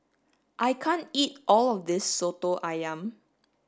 I can't eat all of this Soto Ayam